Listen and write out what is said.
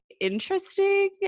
interesting